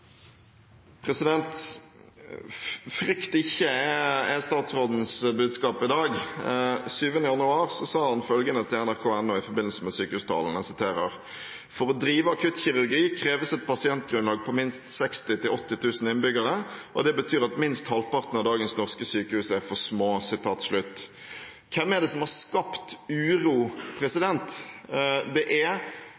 statsrådens budskap i dag. Den 7. januar sa han følgende til nrk.no i forbindelse med sykehustalen: «For å drive akuttkirurgi kreves et pasientgrunnlag på minst 60 til 80 000 innbyggere, og det betyr at minst halvparten av dagens norske sykehus er for små.» Hva er det som har skapt uro? Det er